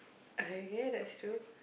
okay that's true